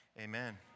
Amen